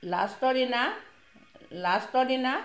লাষ্টৰ দিনা লাষ্টৰ দিনা